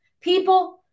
people